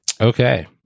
okay